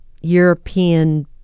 European